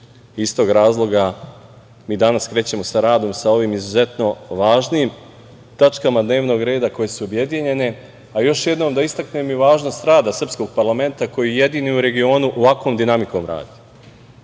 Iz tog razloga, mi danas krećemo sa radom sa ovim izuzetno važnim tačkama dnevnog reda koje su objedinjene, a još jednom da istaknem i važnost rada srpskog parlamenta koji jedini u regionu ovakvom dinamikom radi,